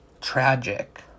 Tragic